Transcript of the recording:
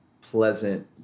pleasant